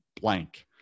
blank